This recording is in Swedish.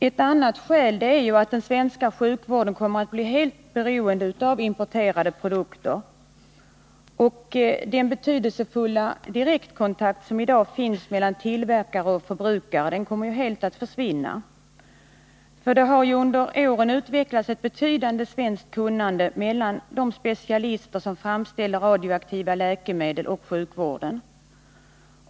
Ett annat skäl är att den svenska sjukvården blir helt beroende av importerade produkter, och den betydelsefulla direktkontakt som i dag finns mellan tillverkare och förbrukare kommer helt att försvinna. Det har under åren utvecklats ett betydande svenskt kunnande i denna kontakt mellan de specialister som framställer radioaktiva läkemedel och sjukvården.